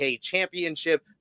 championship